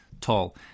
tall